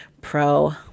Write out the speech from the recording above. pro